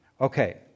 Okay